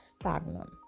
stagnant